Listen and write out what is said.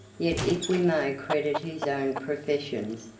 yet, if we may credit his own professions,